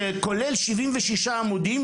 שכולל כ-76 עמודים,